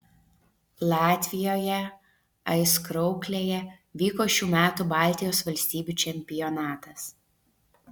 latvijoje aizkrauklėje vyko šių metų baltijos valstybių čempionatas